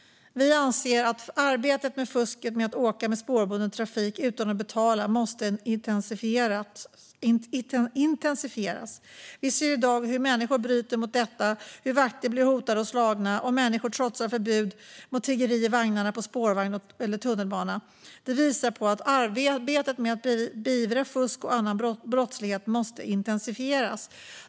Vi anser att arbetet mot fusket med att åka med spårbunden trafik utan att betala måste intensifieras. Vi ser i dag hur människor bryter mot detta, hur vakter blir hotade och slagna och att människor trotsar förbud mot tiggeri inne i vagnarna på spårvagn eller tunnelbana. Detta visar att arbetet med att beivra fusk och annan brottslighet måste intensifieras.